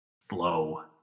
flow